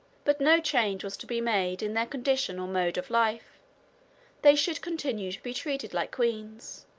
but no change was to be made in their condition or mode of life they should continue to be treated like queens.